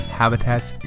habitats